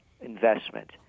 investment